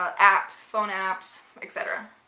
ah apps phone apps etc